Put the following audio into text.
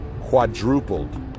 quadrupled